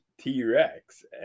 T-Rex